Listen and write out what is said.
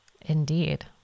Indeed